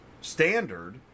standard